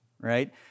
right